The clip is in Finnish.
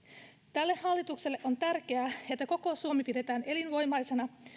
tälle hallitukselle on tärkeää että koko suomi pidetään elinvoimaisena